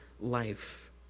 life